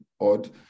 odd